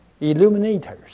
illuminators